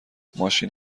ماشین